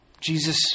Jesus